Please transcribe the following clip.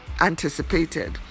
anticipated